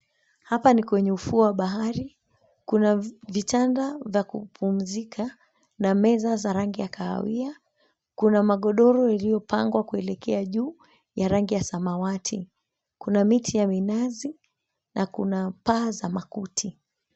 Hapa ni kwenye ufuo wa bahari, kuna vitanda vya kupumzika na meza za rangi ya kahawia, kuna magodoro iliyopangwa kuelekea juu ya rangi ya samawati. 𝐾una miti ya minazi na kuna paa za makuti.